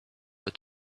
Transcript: but